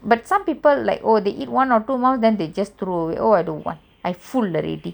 but some people oh they eat one or two mouth then they just throw away oh I don't want I full already